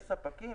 ויש ספקים,